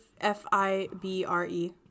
F-I-B-R-E